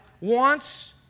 wants